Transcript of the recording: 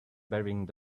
bearing